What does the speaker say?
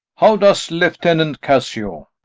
how does lieutenant cassio?